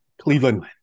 Cleveland